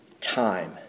time